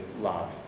love